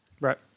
Right